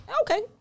Okay